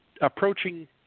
approaching